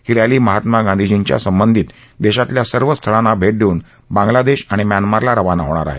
ही rally Mahatma गांधींशी संबंधित देशातल्या सर्व स्थळांना भेट देऊन बांगलादेश आणि म्यानमारला रवाना होणार आहे